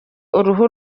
uruhu